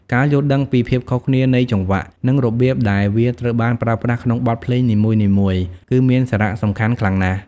ការយល់ដឹងពី ភាពខុសគ្នានៃចង្វាក់ និងរបៀបដែលវាត្រូវបានប្រើប្រាស់ក្នុងបទភ្លេងនីមួយៗ គឺមានសារៈសំខាន់ខ្លាំងណាស់។